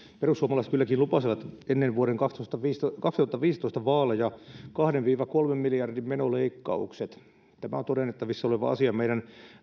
perussuomalaiset kylläkin lupasivat ennen vuoden kaksituhattaviisitoista vaaleja kahden viiva kolmen miljardin menoleikkaukset tämä on todennettavissa oleva asia meidän